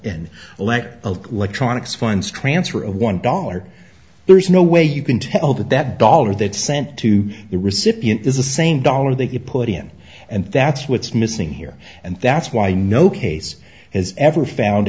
letter of electronics fines transfer of one dollar there's no way you can tell that that dollar that sent to the recipient is the same dollar that you put in and that's what's missing here and that's why no case has ever found